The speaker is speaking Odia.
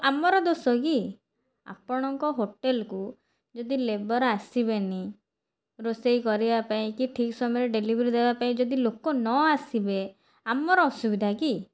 ଆମର ଦୋଷ କି ଆପଣଙ୍କ ହୋଟେଲ୍କୁ ଯଦି ଲେବର୍ ଆସିବେନି ରୋଷେଇ କରିବା ପାଇଁକି କି ଠିକ୍ ସମୟରେ ଡେଲିଭରୀ ଦେବା ପାଇଁ ଯଦି ଲୋକ ନ ଆସିବେ ଆମର ଅସୁବିଧା କି